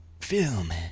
film